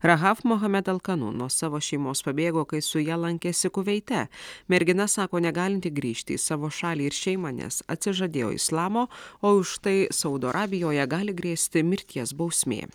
rahav mohamet alkanun nuo savo šeimos pabėgo kai su ja lankėsi kuveite mergina sako negalinti grįžti į savo šalį ir šeimą nes atsižadėjo islamo o už štai saudo arabijoje gali grėsti mirties bausmė